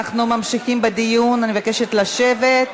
אנחנו ממשיכים בדיון, אני מבקשת לשבת.